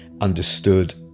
understood